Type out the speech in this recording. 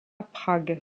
prague